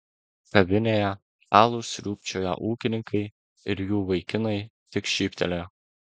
kavinėje alų sriubčioją ūkininkai ir jų vaikinai tik šyptelėjo